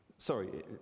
Sorry